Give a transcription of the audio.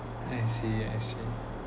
I see I see